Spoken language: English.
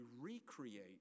recreate